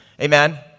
Amen